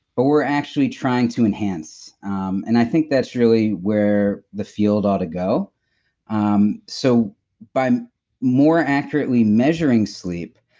but we're actually trying to enhance. and i think that's really where the field ought to go, um so by more accurately measuring sleep,